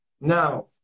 now